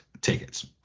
tickets